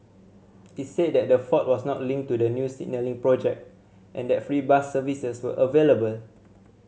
it said that the fault was not linked to the new signalling project and that free bus services were available